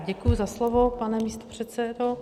Děkuji za slovo, pane místopředsedo.